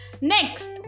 Next